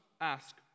ask